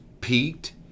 peaked